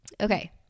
Okay